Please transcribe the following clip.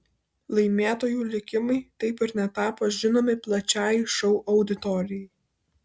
laimėtojų likimai taip ir netapo žinomi plačiajai šou auditorijai